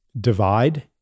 divide